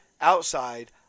outside